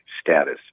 status